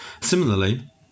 Similarly